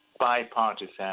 bipartisan